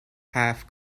half